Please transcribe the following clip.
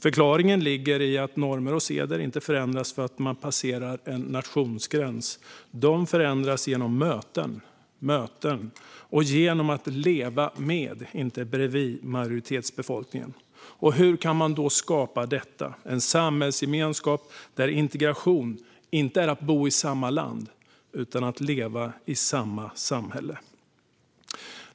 Förklaringen ligger i att normer och seder inte förändras för att man passerar en nationsgräns utan genom möten och genom att leva med, inte bredvid, majoritetsbefolkningen. Hur kan man då skapa en samhällsgemenskap där integration inte är att bo i samma land utan att leva i samma samhälle?